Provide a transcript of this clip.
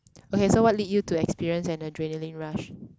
okay so what lead you to experience an adrenaline rush